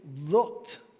looked